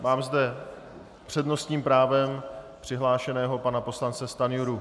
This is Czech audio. Mám zde s přednostním právem přihlášeného pana poslance Stanjuru.